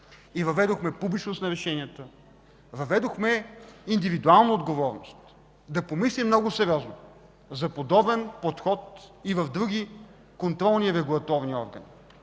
и въведохме публичност на решенията, въведохме индивидуална отговорност, да помислим много отговорно за подобен подход и в други контролни регулаторни органи,